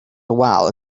wal